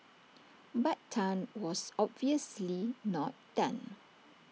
but Tan was obviously not done